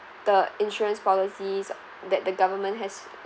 the insurance policies that the government has